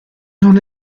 non